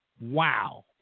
Wow